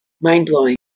Mind-blowing